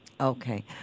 Okay